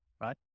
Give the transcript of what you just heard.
right